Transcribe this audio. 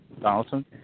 Donaldson